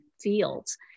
fields